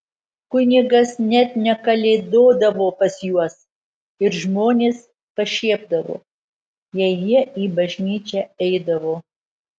kunigas net nekalėdodavo pas juos ir žmonės pašiepdavo jei jie į bažnyčią eidavo